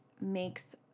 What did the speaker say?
makes